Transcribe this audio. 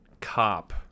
cop